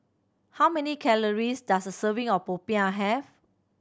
how many calories does a serving of popiah have